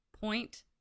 Point